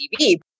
TV